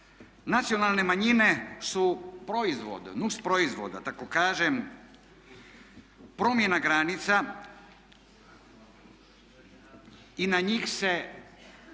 Nacionalne manjine su proizvod, nusproizvod da tako kažem promjena granica nakon